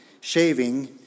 shaving